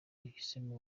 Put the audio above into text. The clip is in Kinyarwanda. uhisemo